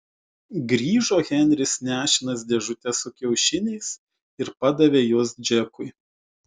grįžo henris nešinas dėžute su kiaušiniais ir padavė juos džekui